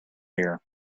here